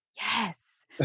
Yes